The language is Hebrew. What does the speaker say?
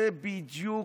זה בדיוק,